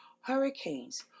Hurricanes